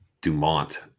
Dumont